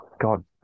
God